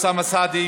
אוסאמה סעדי,